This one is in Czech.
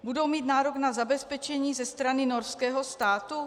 Budou mít nárok na zabezpečení ze strany norského státu?